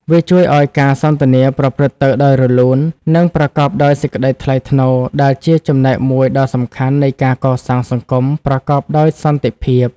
វាជួយឱ្យការសន្ទនាប្រព្រឹត្តទៅដោយរលូន និងប្រកបដោយសេចក្តីថ្លៃថ្នូរ ដែលជាចំណែកមួយដ៏សំខាន់នៃការកសាងសង្គមប្រកបដោយសន្តិភាព។